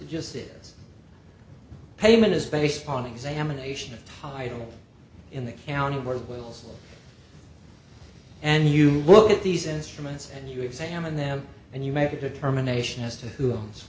just is payment is based upon examination of title in the county where wells and you look at these instruments and you examine them and you make a determination as to who owns